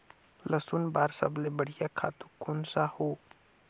लसुन बार सबले बढ़िया खातु कोन सा हो?